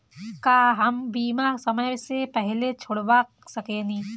का हम बीमा समय से पहले छोड़वा सकेनी?